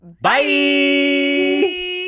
bye